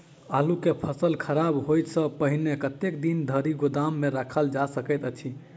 आलु केँ फसल खराब होब सऽ पहिने कतेक दिन धरि गोदाम मे राखल जा सकैत अछि?